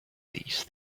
these